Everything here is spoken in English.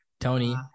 tony